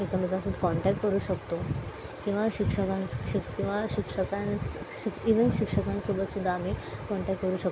एकामेकाशी contact करू शकतो किंवा शिक्षकांस शिक् किंवा शिक्षकांच शिक् इव्हन शिक्षकांसोबत सुद्धा आम्ही कॉन्टॅक्ट करू शकतो